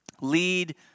lead